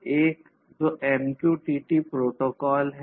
एक जो MQTT protocol है